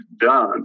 done